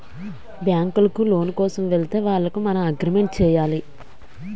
బ్యాంకులకు లోను కోసం వెళితే వాళ్లకు మనం అగ్రిమెంట్ చేయాలి